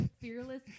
fearless